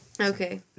Okay